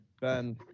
Ben